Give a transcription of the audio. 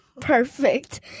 perfect